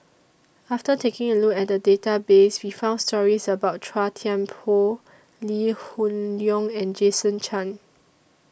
after taking A Look At The Database We found stories about Chua Thian Poh Lee Hoon Leong and Jason Chan